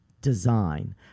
design